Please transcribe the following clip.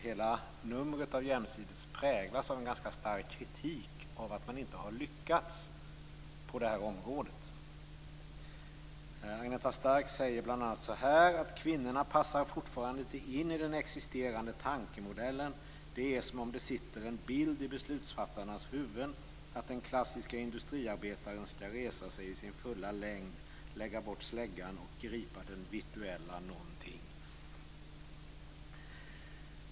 Hela numret av Jämsides präglas av en ganska stark kritik av att man inte har lyckats på det här området. Agneta Stark säger bl.a.: Kvinnorna passar fortfarande inte in i den existerande tankemodellen. Det är som om det sitter en bild i beslutsfattarnas huvuden att den klassiska industriarbetaren skall resa sig i sin fulla längd, lägga bort släggan och gripa den virtuella någonting.